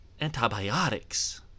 antibiotics